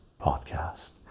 podcast